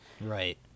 Right